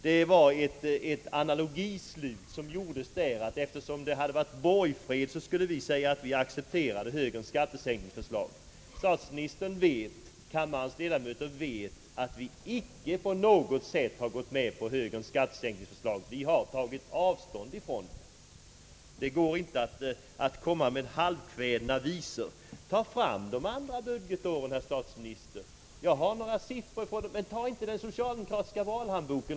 Statsministern drog en felaktig slutsats då han ansåg att vi, eftersom det var borgfred, borde säga att vi accepterade högerns skattesänkningsförslag. Statsministern och kammarens ledamöter vet att vi inte på något sätt gått med på högerns skattesänkningsförslag, utan att vi tagit avstånd därifrån. Det går inte att komma med halvkvädna visor. Tag gärna fram siffrorna från de tidigare budgetåren, herr statsminister. Jag har själv några siffror från dem. Men hämta dem inte ur den socialdemokratiska valhandboken.